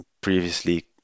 previously